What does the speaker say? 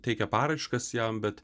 teikia paraiškas jam bet